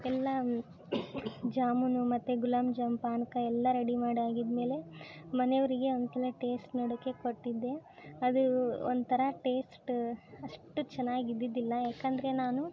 ಎಲ್ಲ ಜಾಮೂನು ಮತ್ತು ಗುಲಾಬ್ ಜಾಮ್ ಪಾಕ ಎಲ್ಲ ರೆಡಿ ಮಾಡಿ ಆಗಿದ್ದ ಮೇಲೆ ಮನೆಯವರಿಗೆ ಒಂದು ಸಲ ಟೇಸ್ಟ್ ನೋಡೋಕ್ಕೆ ಕೊಟ್ಟಿದ್ದೆ ಅದು ಒಂಥರ ಟೇಸ್ಟ್ ಅಷ್ಟು ಚೆನ್ನಾಗಿ ಇದ್ದಿದ್ದಿಲ್ಲ ಯಾಕಂದರೆ ನಾನು